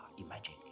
imagine